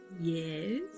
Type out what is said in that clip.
Yes